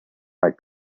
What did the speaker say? like